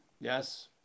Yes